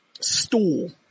stool